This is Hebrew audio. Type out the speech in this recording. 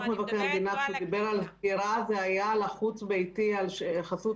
דוח מבקר המדינה דיבר על החוץ ביתי, על חסות